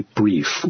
brief